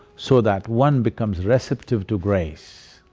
so that one becomes receptive to grace.